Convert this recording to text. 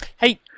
Hey